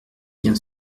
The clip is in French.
bien